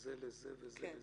"10 שנות מאסר" זה ל-(א) וזה ל-(ב)?